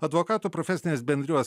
advokatų profesinės bendrijos